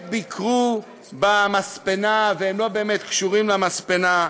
ביקרו במספנה והם לא באמת קשורים למספנה.